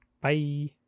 Bye